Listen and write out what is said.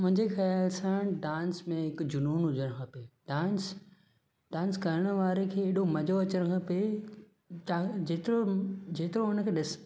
मुंहिंजे ख्यालु सां डांस में हिकु जुनून हुजणु खपे डांस डांस करणु वारे खे एॾो मज़ो अचणु खपे तव्हां जेतिरो हुनखे ॾिसन्दा